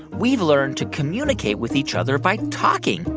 we've learned to communicate with each other by talking.